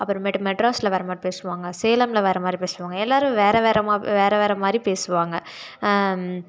அப்புறமேட்டு மெட்ராசில் வேறே மாதிரி பேசுவாங்க சேலமில் வேறே மாதிரி பேசுவாங்க எல்லோரும் வேறே வேறே மா வேறே வேறே மாதிரி பேசுவாங்க